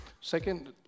Second